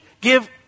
give